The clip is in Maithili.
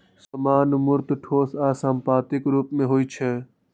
सामान मूर्त, ठोस आ संपत्तिक रूप मे होइ छै